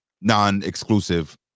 non-exclusive